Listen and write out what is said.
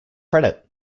credit